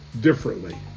differently